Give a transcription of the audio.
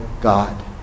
God